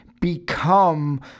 become